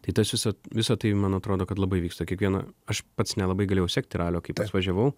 tai tas visa visa tai man atrodo kad labai vyksta kiekvieną aš pats nelabai galėjau sekti ralio kai pats važiavau